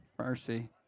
mercy